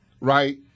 right